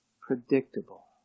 predictable